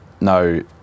no